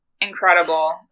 Incredible